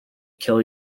kill